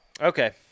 Okay